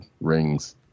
rings